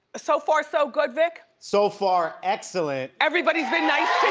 so far, so good, vick? so far, excellent everybody's been nice